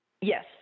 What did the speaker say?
yes